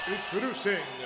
Introducing